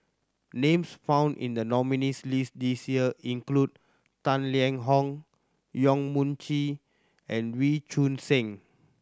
names found in the nominees' list this year include Tang Liang Hong Yong Mun Chee and Wee Choon Seng